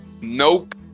nope